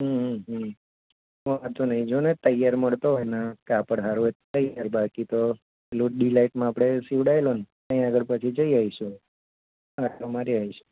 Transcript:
હમ હમ હમ વાંધો નહીં જો ને તૈયાર મળતો હોય ને કાપડ સારું હોય તો તૈયાર બાકી તો લુક ડીલાઇટમાં આપણે સીવડાવેલો ન ત્યાં આગળ પછી જઈ આવીશું આંટો મારી આવીશું